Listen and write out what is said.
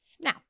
Now